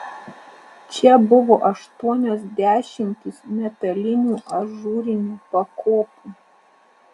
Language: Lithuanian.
čia buvo aštuonios dešimtys metalinių ažūrinių pakopų